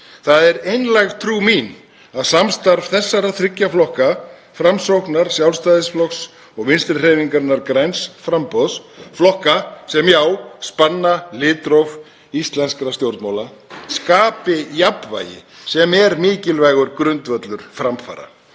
Það er einlæg trú mín að samstarf þessara þriggja flokka, Framsóknar, Sjálfstæðisflokks og Vinstrihreyfingarinnar – græns framboðs, flokka sem já, spanna litróf íslenskra stjórnmála, skapi jafnvægi sem er mikilvægur grundvöllur framfara.